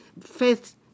faith